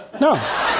No